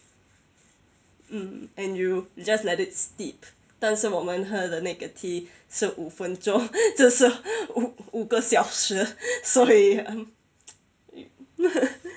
mm and you just let it steep 但是我们喝的那个 tea 是五分钟这是五五个小时所以